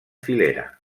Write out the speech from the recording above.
filera